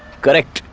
correct.